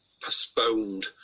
postponed